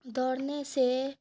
دوڑنے سے